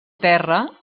terra